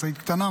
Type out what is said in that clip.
משאית קטנה,